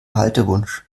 haltewunsch